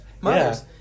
mothers